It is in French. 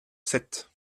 sept